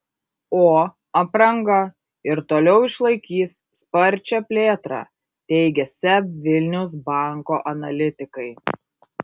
o apranga ir toliau išlaikys sparčią plėtrą teigia seb vilniaus banko analitikai